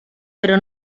però